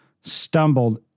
stumbled